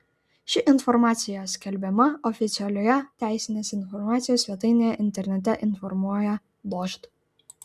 ši informacija skelbiama oficialioje teisinės informacijos svetainėje internete informuoja dožd